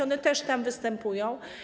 One też tam występują.